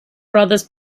brothers